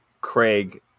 Craig